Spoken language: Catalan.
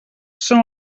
són